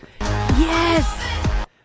Yes